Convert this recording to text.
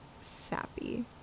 sappy